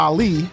Ali